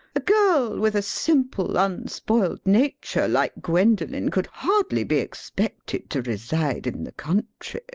a girl with a simple, unspoiled nature, like gwendolen, could hardly be expected to reside in the country.